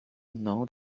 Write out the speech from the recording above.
know